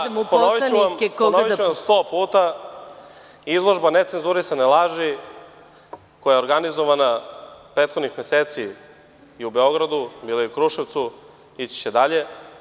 Ponoviću vam 100 puta, izložba „Necenzurisane laži“ koja je organizovana prethodnih meseci u Beogradu, bila je u Kruševcu, ići će dalje.